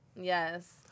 Yes